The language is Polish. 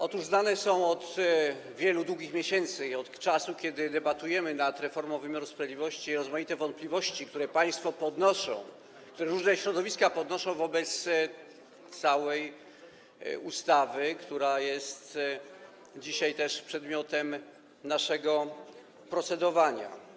Otóż znane są od wielu długich miesięcy i od czasu, kiedy debatujemy nad reformą wymiaru sprawiedliwości, rozmaite wątpliwości, które państwo podnoszą, które różne środowiska podnoszą wobec całej ustawy, która jest dzisiaj przedmiotem naszego procedowania.